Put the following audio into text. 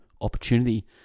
opportunity